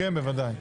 כן, בוודאי.